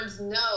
no